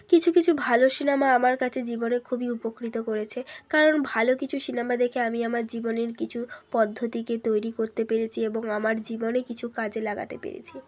কিছু কিছু ভালো সিনেমা আমার কাছে জীবনে খুবই উপকৃত করেছে কারণ ভাল কিছু সিনেমা দেখে আমি আমার জীবনের কিছু পদ্ধতিকে তৈরি করতে পেরেছি এবং আমার জীবনে কিছু কাজে লাগাতে পেরেছি